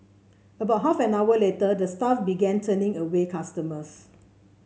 about half an hour later the staff began turning away customers